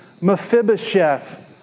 Mephibosheth